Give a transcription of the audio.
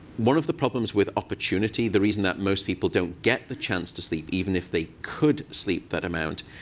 one of the problems with opportunity, the reason that most people don't get the chance to sleep, even if they could sleep that amount,